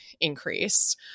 increase